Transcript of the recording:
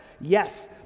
Yes